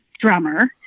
drummer